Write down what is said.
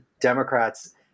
Democrats